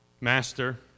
master